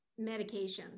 medications